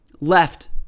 left